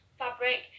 fabric